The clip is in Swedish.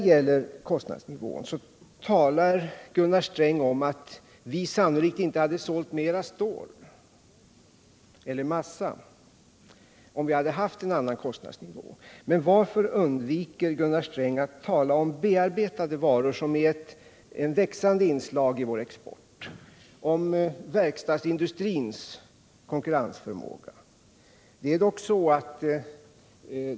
Gunnar Sträng talade om att vi sannolikt inte hade sålt mera stål eller massa om vi haft en annan kostnadsnivå. Men varför undviker Gunnar Sträng att tala om bearbetade varor, som är ett växande inslag i vår export, och om verkstadsindustrins konkurrensförmåga?